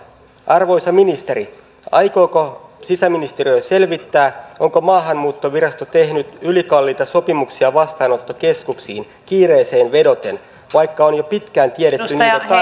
arvoisa ministeri aikooko sisäministeriö selvittää onko maahanmuuttovirasto tehnyt ylikalliita sopimuksia vastaanottokeskuksiin kiireeseen vedoten vaikka on jo pitkään tiedetty niiden tarpeesta